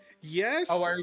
yes